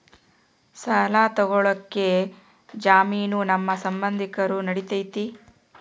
ಸಾಲ ತೊಗೋಳಕ್ಕೆ ಜಾಮೇನು ನಮ್ಮ ಸಂಬಂಧಿಕರು ನಡಿತೈತಿ?